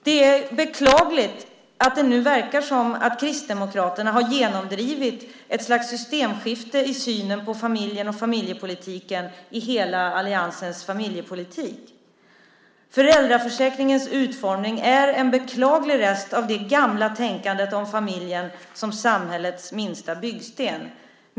Det är beklagligt att det nu verkar som att Kristdemokraterna har genomdrivit ett slags systemskifte i synen på familjen och familjepolitiken i hela alliansens familjepolitik. Föräldraförsäkringens utformning är en beklaglig rest av det gamla tänkandet om familjen som samhällets minsta byggsten.